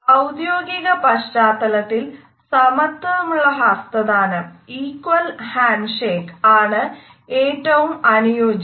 ഔദ്യോഗിക പശ്ചാത്തലത്തിൽ സമത്വമുള്ള ഹസ്തദാനമാണ് ഏറ്റവും അനുയോജ്യം